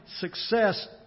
success